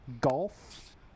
golf